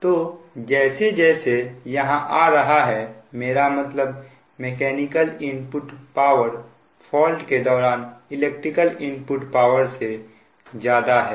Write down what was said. तो जैसे जैसे यहां आ रहा है मेरा मतलब मेकैनिकल इनपुट पावर फॉल्ट के दौरान इलेक्ट्रिकल इनपुट पावर से ज्यादा है